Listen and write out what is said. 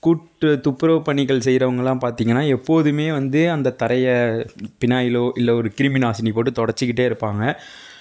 கூட்டு துப்புரவு பணிகள் செய்கிறவங்கள்லாம் பார்த்திங்கனா எப்போதும் வந்து அந்த தரையை பினாயிலோ இல்லை ஒரு கிருமி நாசினி போட்டு தொடைச்சிக்கிட்டே இருப்பாங்க